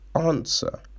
answer